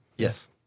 Yes